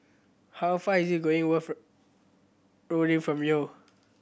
how far is going Worth Rolling from here